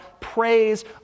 praise